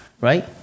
right